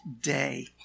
day